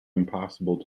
impossible